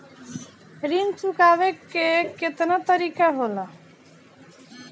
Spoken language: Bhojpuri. ऋण चुकाने के केतना तरीका होला?